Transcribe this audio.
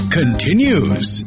continues